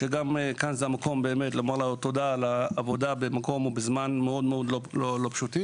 וכאן זה המקום לומר לו תודה על העבודה במקום ובזמן מאוד לא פשוטים.